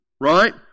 Right